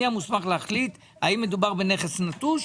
אני המוסמך להחליט האם מדובר בנכס נטוש,